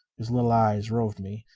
his little eyes roved me,